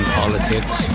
politics